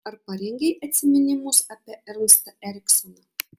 ar parengei atsiminimus apie ernstą eriksoną